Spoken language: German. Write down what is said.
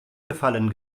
gefallen